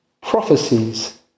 Prophecies